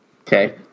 Okay